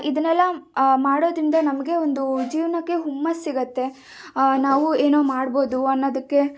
ಇದನ್ನೆಲ್ಲ ಮಾಡೋದರಿಂದ ನಮಗೆ ಒಂದು ಜೀವನಕ್ಕೆ ಹುಮ್ಮಸ್ಸು ಸಿಗುತ್ತೆ ನಾವು ಏನೋ ಮಾಡ್ಬೋದು ಅನ್ನೋದಕ್ಕೆ